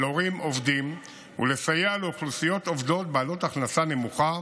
הורים עובדים ולסייע לאוכלוסיות עובדות בעלות הכנסה נמוכה